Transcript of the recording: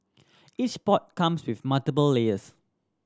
each pot comes with multiple layers